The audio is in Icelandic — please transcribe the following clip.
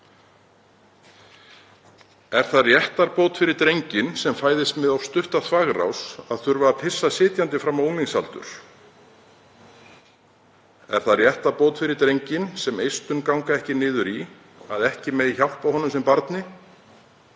Er það réttarbót fyrir drenginn sem fæðist með of stutta þvagrás að þurfa að pissa sitjandi fram á unglingsaldur? Er það réttarbót fyrir drenginn þar sem eistun ganga ekki niður að ekki megi hjálpa honum sem barni?